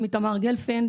שמי תמר גלפנד,